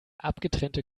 abgetrennte